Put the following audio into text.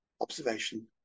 observation